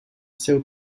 seu